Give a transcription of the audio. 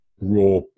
raw